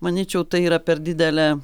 manyčiau tai yra per didelė